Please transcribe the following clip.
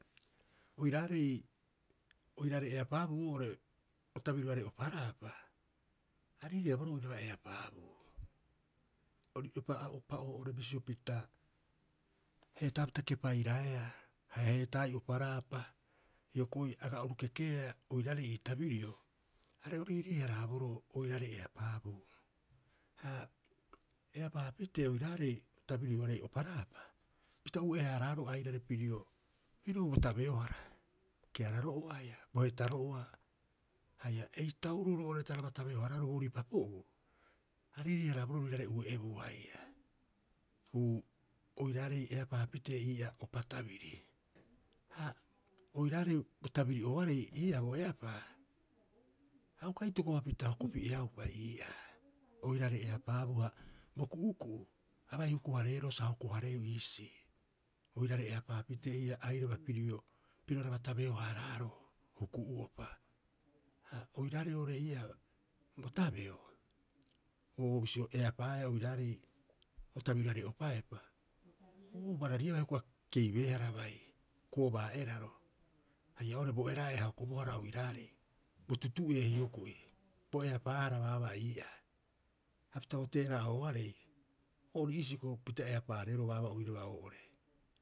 Oiraarei, oiraarei eapaabuu oo'ore o tabirioarei oparaapa, a riirii- haraaboroo oiraba eapaabuu o riopa'opa oo'ore bisio pita heetaapita kepairaea haia heetaai oparaapa. Hioko'i aga oru kekeea oiraarei ii tabirio are o riirii- haraaboroo oiraarei eapaabuu. Ha eapaapite oiraarei o tabirioarei oparaapa, pita ue'e- haaraaroo airare pirio piro bo tabeohara keararo'oa haia bo hetaro'oa haia eutauroo roo'ore taraba tabeo- haaraaroo boorii papo'uu. A riirii- haraaboroo roirare ue'ebuu haia uu oiraarei eapaapitee ii'aa opa tabiri. Ha oiraarei bo tabiri'ooarei ii'aa boeapaa, a uka itokopapita hokopi'eaupa ii'aa oiraarei eapaabuu, ha bo ku'uku'u a bai huku- hareeroo sa hokohareeu iisii oiraba eapaa pitee airaba pirio piroraba tabeo- haaraaro huku'uopa. Ha oiraarei oo'ore ii'aa bo tabeo, oo bisio eapaaea oiraarei o tabirioarei opaepa, oo barariaba hioko'i a keibeehara bai. Koobaa eraro haia oo'ore bo eraa'e a hokobohara oiraarei, bo tutu'ee hioko'i, bo eapaahara baabaa ii'aa. Hapita bo teera'a'ooarei, ori iisii hioko'i pita eapaa- hareeroo baabaa oiraba oo'ore.